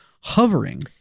hovering